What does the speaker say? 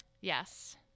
yes